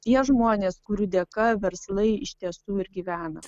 tie žmonės kurių dėka verslai iš tiesų ir gyvena